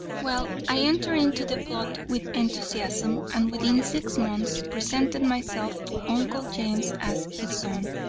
well, i entered into the plot with enthusiasm, and within six months presented myself to uncle james as his son.